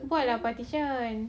buat lah partition